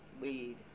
Weed